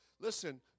Listen